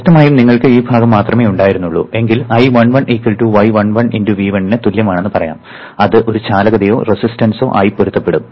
വ്യക്തമായും നിങ്ങൾക്ക് ഈ ഭാഗം മാത്രമേ ഉണ്ടായിരുന്നുള്ളൂ എങ്കിൽ I1 y11 × V1 ന് തുല്യമാണെന്ന് പറയാം അത് ഒരു ചാലകതയോ റെസിസ്റ്റൻസ് ആയോ പൊരുത്തപ്പെടും